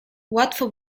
łatwo